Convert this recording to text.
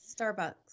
Starbucks